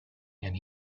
and